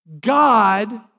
God